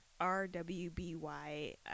R-W-B-Y